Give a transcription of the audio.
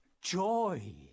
Joy